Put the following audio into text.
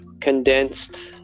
condensed